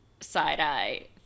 side-eye